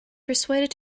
persuaded